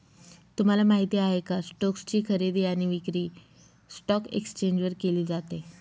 तुम्हाला माहिती आहे का? स्टोक्स ची खरेदी आणि विक्री स्टॉक एक्सचेंज वर केली जाते